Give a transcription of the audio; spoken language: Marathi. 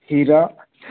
हिरा